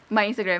my instagram